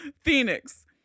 Phoenix